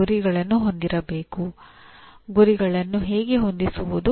ಪರಿಣಾಮ ಎಂದರೆ ಕಲಿಯುವವರು ಕೆಲವು ಕಲಿಕೆಯ ಅನುಭವದ ಪರಿಣಾಮವಾಗಿ ಯಾವುದೇ ಕಾರ್ಯ ನಿರ್ವಹಿಸಲು ಸಾಧ್ಯವಾಗುತ್ತದೆ